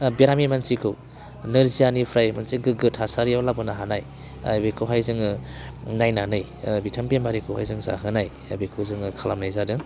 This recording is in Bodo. बेरामि मानसिखौ नोरजियानिफ्राय मोनसे गोग्गो थासारियाव लाबोनो हानाय बेखौहाय जोङो नायनानै बिथां बेमारिखौहाय जों जाहोनाय बेखौ जों खालामनाय जादों